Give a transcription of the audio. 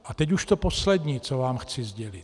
A teď už to poslední, co vám chci sdělit.